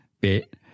bit